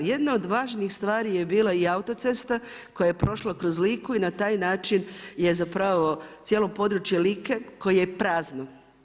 Jedna od važnih stvari je bila i autocesta koja je prošla kroz Liku i na taj način će zapravo cijelo područje Like koje je prazno.